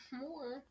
more